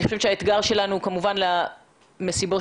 אני חושבת שהאתגר שלנו הוא כמובן כלפי המסיבות